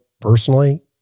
personally